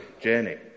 journey